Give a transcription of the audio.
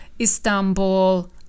Istanbul